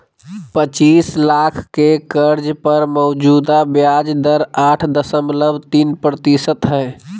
पचीस लाख के कर्ज पर मौजूदा ब्याज दर आठ दशमलब तीन प्रतिशत हइ